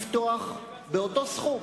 לפתוח, באותו סכום,